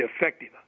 effective